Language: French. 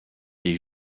des